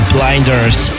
Blinders